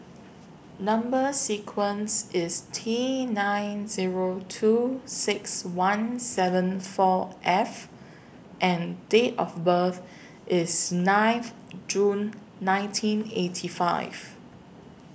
Number sequence IS T nine Zero two six one seven four F and Date of birth IS ninth June nineteen eighty five